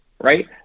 Right